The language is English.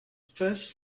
first